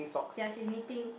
ya she's knitting